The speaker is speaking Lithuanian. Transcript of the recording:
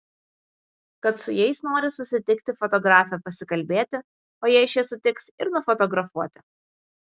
kad su jais nori susitikti fotografė pasikalbėti o jei šie sutiks ir nufotografuoti